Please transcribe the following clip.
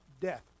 Death